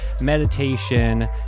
meditation